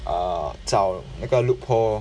err 找那个 loophole orh